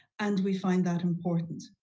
and we find that important.